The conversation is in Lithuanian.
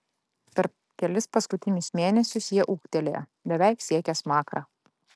per kelis paskutinius mėnesius jie ūgtelėjo beveik siekė smakrą